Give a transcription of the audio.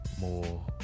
more